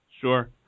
Sure